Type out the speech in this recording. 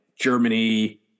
Germany